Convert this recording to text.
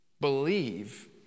believe